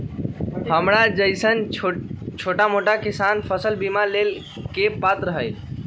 हमरा जैईसन छोटा मोटा किसान फसल बीमा लेबे के पात्र हई?